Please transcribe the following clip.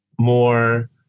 more